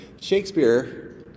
Shakespeare